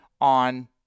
on